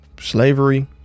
slavery